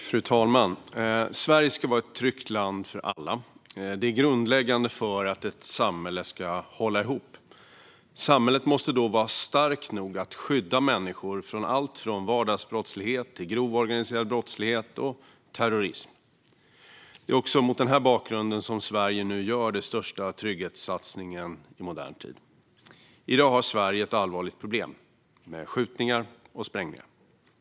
Fru talman! Sverige ska vara ett tryggt land för alla. Detta är grundläggande för att ett samhälle ska hålla ihop. Samhället måste vara starkt nog att skydda människor mot allt från vardagsbrottslighet till grov organiserad brottslighet och terrorism. Det är mot denna bakgrund som Sverige gör den största trygghetssatsningen i modern tid. Sverige har i dag allvarliga problem med skjutningar och sprängningar.